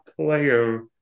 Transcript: player